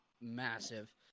massive